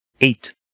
Eight